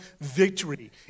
victory